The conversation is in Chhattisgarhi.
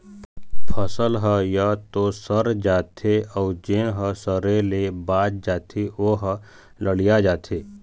फसल ह य तो सर जाथे अउ जेन ह सरे ले बाच जाथे ओ ह ललिया जाथे